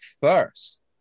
first